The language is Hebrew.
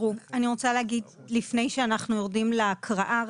לפני שאנחנו יורדים להקראה,